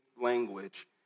language